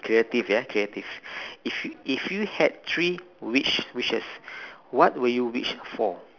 creative ya creative if you if you had three wish wishes what would you wish for